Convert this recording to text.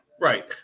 Right